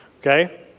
Okay